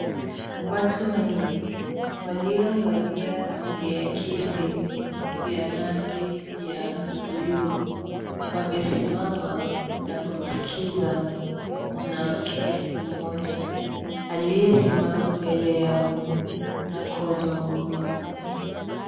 Watu wengi waliovalia viakisi vya rangi ya blue , wamesimama na kumsikiza mwanamke mmoja aliyesimama mbele yao na kuzungumza.